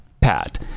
PAT